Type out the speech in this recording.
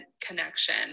connection